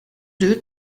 deux